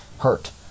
hurt